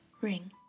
ring